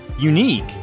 unique